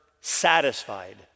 satisfied